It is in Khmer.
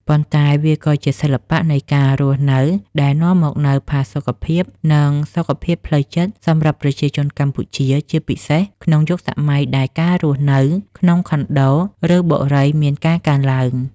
ប៉ុន្តែវាក៏ជាសិល្បៈនៃការរស់នៅដែលនាំមកនូវផាសុកភាព និងសុខភាពផ្លូវចិត្តសម្រាប់ប្រជាជនកម្ពុជា ជាពិសេសក្នុងយុគសម័យដែលការរស់នៅក្នុងខុនដូ ឬបូរីមានការកើនឡើង។